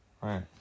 Right